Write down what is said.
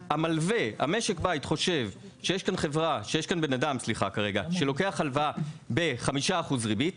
משק הבית חושב שיש כאן בן אדם שלוקח הלוואה ב-5% ריבית,